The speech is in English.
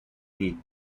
need